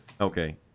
Okay